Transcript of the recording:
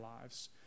lives